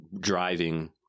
driving